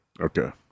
okay